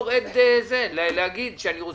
עד שאני לא